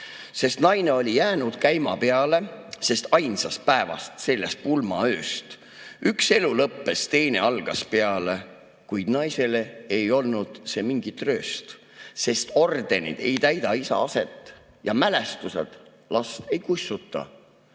Sest naine oli jäänud käima peale / Sest ainsast päevast sellest pulmaööst. / Üks elu lõppes teine algas peale / Kuid naisele ei olnd see mingi trööst // Sest ordenid ei täida isa aset / Ja mälestused last ei kussuta